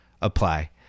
apply